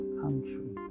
country